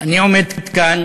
אני עומד כאן